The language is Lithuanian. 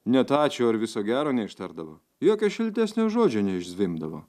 net ačiū ar viso gero neištardavo jokio šiltesnio žodžio neišzvimbdavo